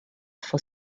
for